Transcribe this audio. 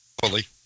fully